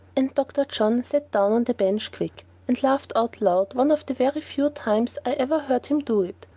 and dr. john sat down on the bench quick, and laughed out loud one of the very few times i ever heard him do it.